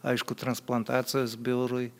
aišku transplantacijos biurui